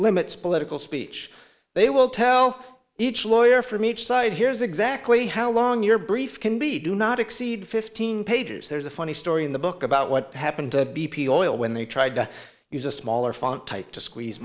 limits political speech they will tell each lawyer from each side here's exactly how long your brief can be do not exceed fifteen pages there's a funny story in the book about what happened to b p oil when they tried to use a smaller font type to squeeze